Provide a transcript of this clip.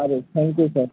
સારું thank you sir